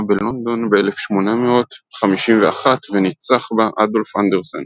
בלונדון ב-1851 וניצח בה אדולף אנדרסן.